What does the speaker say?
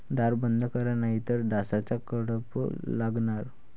दार बंद करा नाहीतर डासांचा कळप लागणार